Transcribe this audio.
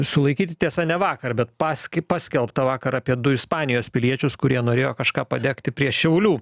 sulaikyti tiesa ne vakar bet paske paskelbta vakar apie du ispanijos piliečius kurie norėjo kažką padegti prie šiaulių